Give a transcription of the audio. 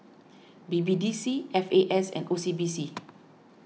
B B D C F A S and O C B C